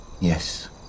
Yes